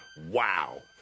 Wow